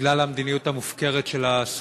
בגלל המדיניות המופקרת של השרים,